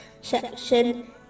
section